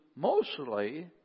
mostly